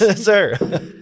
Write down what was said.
sir